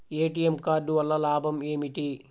ATM card వల్ల లాభం ఏమిటి?